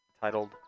titled